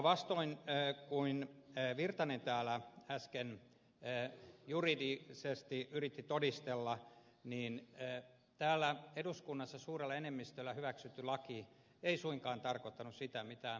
vastoin kuin virtanen täällä äsken juridisesti yritti todistella niin täällä eduskunnassa suurella enemmistöllä hyväksytty laki ei suinkaan tarkoittanut sitä mitä ed